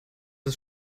das